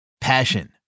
Passion